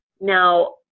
Now